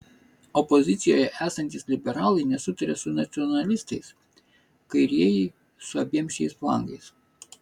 opozicijoje esantys liberalai nesutaria su nacionalistais kairieji su abiem šiais flangais